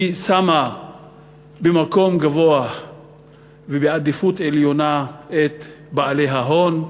היא שמה במקום גבוה ובעדיפות עליונה את בעלי ההון,